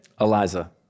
Eliza